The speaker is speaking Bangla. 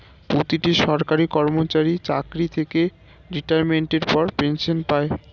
প্রতিটি সরকারি কর্মচারী চাকরি থেকে রিটায়ারমেন্টের পর পেনশন পায়